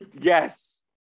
Yes